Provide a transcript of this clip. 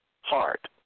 heart